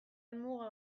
helmuga